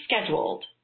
scheduled